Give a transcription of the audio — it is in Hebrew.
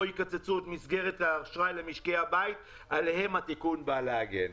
יקצצו את מסגרת האשראי למשקי הבית עליהם התיקון בא להגן.